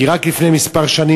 כי רק לפני מספר שנים,